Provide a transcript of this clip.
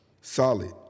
Solid